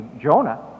Jonah